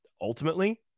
ultimately